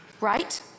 right